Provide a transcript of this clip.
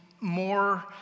more